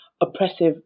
oppressive